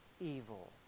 evil